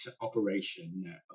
operation